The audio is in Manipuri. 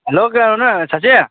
ꯍꯜꯂꯣ ꯀꯩꯅꯣꯅꯦ ꯁꯆꯤꯟ